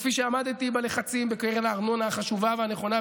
שכפי שעמדתי בלחצים בקרן הארנונה החשובה והנכונה,